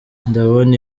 ndabona